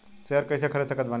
Share कइसे खरीद सकत बानी?